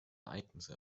ereignisse